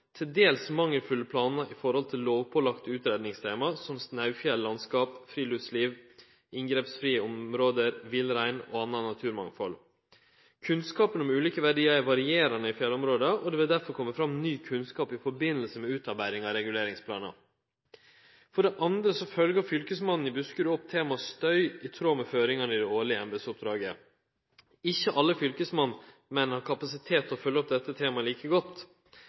til dels mangelfulle planar når det gjeld lovpålagde utredningstema som snaufjellandskap, friluftsliv, inngrepsfrie område, villrein og anna naturmangfald. Kunnskapen om ulike verdiar er varierande i fjellområda, og det vil derfor kome fram ny kunnskap i samanheng med utarbeidinga av reguleringsplanar. For det andre følgjer Fylkesmannen i Buskerud opp temaet «støy» i tråd med føringane i det årlege embetsoppdraget. Ikkje alle fylkesmennene har kapasitet til å følgje opp dette temaet like godt.